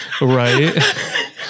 right